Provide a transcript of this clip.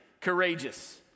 courageous